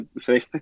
say